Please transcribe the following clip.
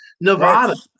Nevada